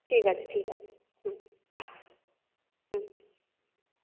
ঠিক আছে ঠিক আছে হুম হুম